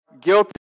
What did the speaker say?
guilty